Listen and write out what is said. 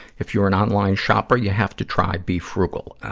if you're an online shopper, you have to try befrugal.